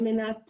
זאת על מנת,